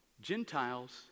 Gentiles